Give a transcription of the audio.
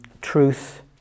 truth